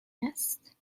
است